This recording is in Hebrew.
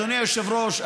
אדוני היושב-ראש,